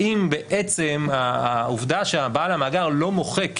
האם בעצם העובדה שבעל המאגר לא מוחק,